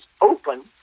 open